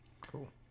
Cool